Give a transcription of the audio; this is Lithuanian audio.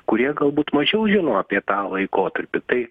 kurie galbūt mažiau žino apie tą laikotarpį tai